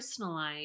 personalize